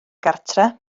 gartre